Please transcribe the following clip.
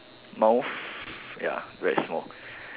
mouth ya very small